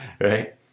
Right